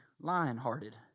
lion-hearted